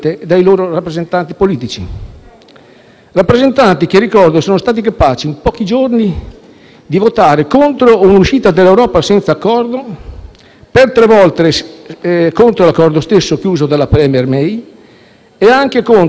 Rappresentanti che, ricordo, sono stati capaci in pochi giorni di votare contro un'uscita dall'Europa senza accordo, per tre volte contro l'accordo stesso, chiuso dalla *premier* May, e anche contro un nuovo *referendum* sulla Brexit.